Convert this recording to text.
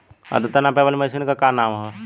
आद्रता नापे वाली मशीन क का नाव बा?